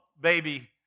baby